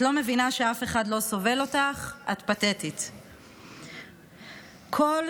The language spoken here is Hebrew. תמיד אנחנו אופטימיים.